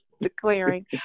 declaring